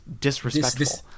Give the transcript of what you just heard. disrespectful